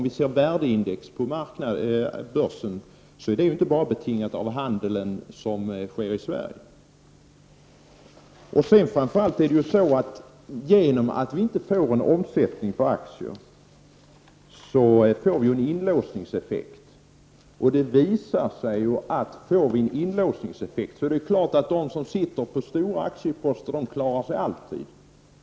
Värdeindex på börsen är ju inte bara betingat av den handel som sker i Sverige. Framför allt är det så att genom att vi inte får en omsättning på aktier, uppstår det en inlåsningseffekt. Och får vi en sådan effekt, då visar det sig att de som sitter på stora aktieposter alltid klarar sig.